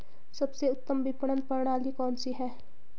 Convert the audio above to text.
सबसे उत्तम विपणन प्रणाली कौन सी है?